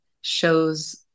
shows